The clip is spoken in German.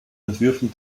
entwürfen